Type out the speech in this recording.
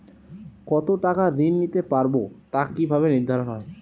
কতো টাকা ঋণ নিতে পারবো তা কি ভাবে নির্ধারণ হয়?